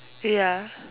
ya